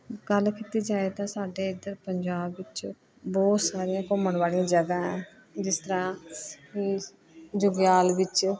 ਗੱਲ ਕੀਤੀ ਜਾਵੇ ਤਾਂ ਸਾਡੇ ਇੱਧਰ ਪੰਜਾਬ ਵਿੱਚ ਬਹੁਤ ਸਾਰੀਆਂ ਘੁੰਮਣ ਵਾਲੀਆਂ ਜਗ੍ਹਾ ਹੈ ਜਿਸ ਤਰ੍ਹਾਂ ਜੁਗਿਆਲ ਵਿੱਚ